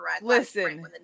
Listen